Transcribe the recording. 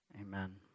amen